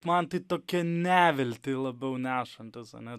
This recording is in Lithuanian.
man tai tokia neviltį labiau nešantis ane